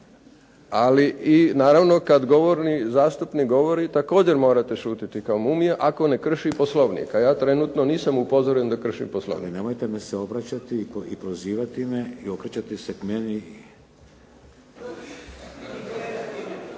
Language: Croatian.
ali i naravno kad zastupnik govori također morate šutiti kao mumija ako ne krši Poslovnik, a ja trenutno nisam upozoren da kršim Poslovnik. .../Upadica Šeks: Ali nemojte mi se obraćati i prozivati me i okrećati se k meni./...